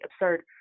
absurd